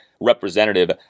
representative